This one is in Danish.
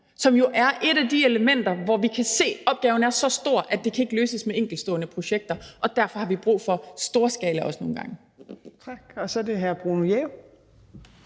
som jo er et af de elementer, hvor vi kan se, at opgaven er så stor, at det ikke kan løses med enkeltstående projekter. Derfor har vi også nogle gange